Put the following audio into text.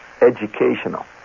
educational